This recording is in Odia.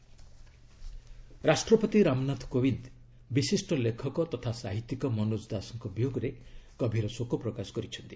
ପ୍ରେଜ୍ ମନୋଜ ରାଷ୍ଟପତି ରାମନାଥ କୋବିନ୍ଦ ବିଶିଷ୍ଟ ଲେଖକ ତଥା ସାହିତ୍ୟିକ ମନୋଜ ଦାସଙ୍କ ବିୟୋଗରେ ଗଭୀର ଶୋକ ପ୍ରକାଶ କରିଛନ୍ତି